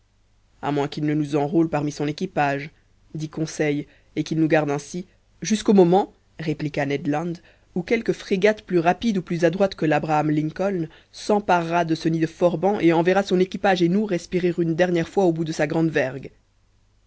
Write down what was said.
a moins qu'il ne nous enrôle parmi son équipage dit conseil et qu'il nous garde ainsi jusqu'au moment répliqua ned land où quelque frégate plus rapide ou plus adroite que labraham lincoln s'emparera de ce nid de forbans et enverra son équipage et nous respirer une dernière fois au bout de sa grand'vergue